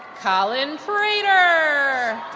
colin freider